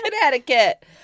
Connecticut